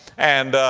and, ah,